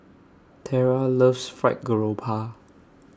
Tera loves Fried Garoupa